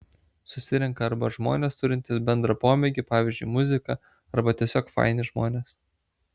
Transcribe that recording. susirenka arba žmonės turintys bendrą pomėgį pavyzdžiui muziką arba tiesiog faini žmonės